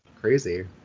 Crazy